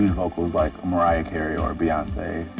vocals like mariah carey or beyonce.